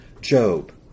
Job